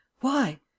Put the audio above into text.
Why